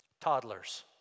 Toddlers